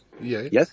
Yes